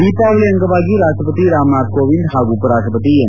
ದೀಪಾವಳಿ ಅಂಗವಾಗಿ ರಾಷ್ಲಪತಿ ರಾಮನಾಥ್ ಕೋವಿಂದ್ ಹಾಗು ಉಪರಾಷ್ಲಪತಿ ಎಂ